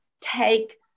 take